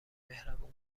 مهربون